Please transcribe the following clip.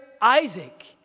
Isaac